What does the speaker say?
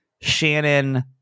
Shannon